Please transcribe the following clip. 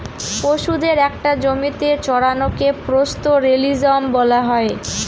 পশুদের একটা জমিতে চড়ানোকে পাস্তোরেলিজম বলা হয়